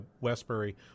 Westbury